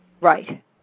Right